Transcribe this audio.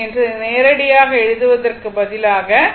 என்று நேரடியாக எடுப்பதற்கு பதிலாக ஈ